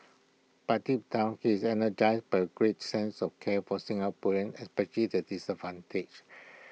but deep down he is energised by A great sense of care for Singaporeans especially the disadvantaged